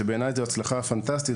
כי בעיניי מדובר בהצלחה פנטסטית.